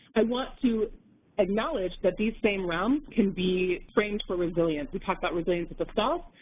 i want to acknowledge that these same realms can be frames for resilience we talk about resilience to the self,